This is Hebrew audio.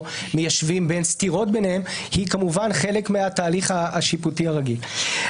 מיישבים סתירות ביניהם היא כמובן חלק מהתהליך השיפוטי הרגיל.